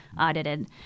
audited